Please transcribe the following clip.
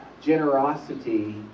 generosity